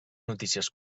notícies